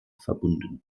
verbunden